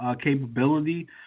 capability